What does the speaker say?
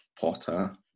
Potter